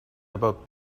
about